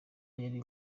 yari